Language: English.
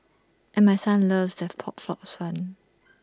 and my son loves their pork floss